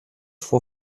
vor